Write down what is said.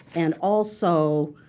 and also,